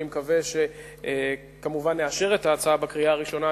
אני מקווה כמובן שנאשר את ההצעה בקריאה הראשונה,